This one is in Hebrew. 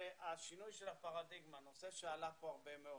השינוי של הפרדיגמה, נושא שעלה כאן הרבה מאוד.